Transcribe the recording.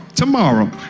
tomorrow